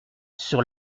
sur